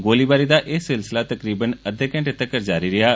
गोलीबारी दा एह् सिलसिला तकरीबन अद्दे घैंटे तगर जारी रेह्ा